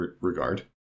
regard